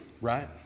right